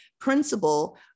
principle